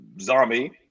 zombie